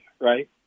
right